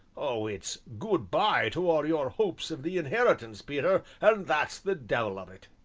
oh, it's good-by to all your hopes of the inheritance, peter, and that's the devil of it.